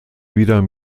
wieder